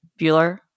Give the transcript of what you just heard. Bueller